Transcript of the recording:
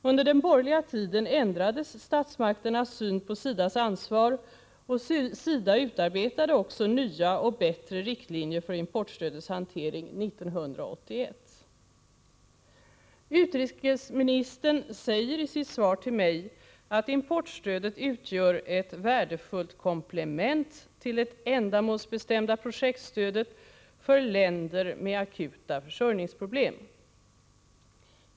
Under den borgerliga tiden ändrades statsmakternas syn på SIDA:s ansvar, och SIDA utarbetade också 1981 nya och bättre riktlinjer för Utrikesministern säger i sitt svar till mig att importstödet utgör ett värdefullt komplement till det ändamålsbestämda projektstödet för länder med akuta försörjningsproblem.